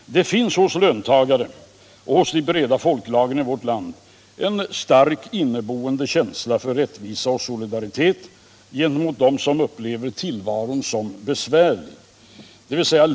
Det finns hos löntagarna och hos de breda folklagren i vårt land en stark inneboende känsla för rättvisa och solidaritet gentemot dem som upplever tillvaron som besvärlig.